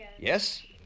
Yes